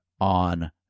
on